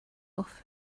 off